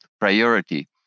priority